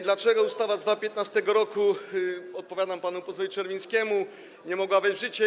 Dlaczego ustawa z 2015 r. - odpowiadam panu posłowi Czerwińskiemu - nie mogła wejść w życie?